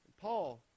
Paul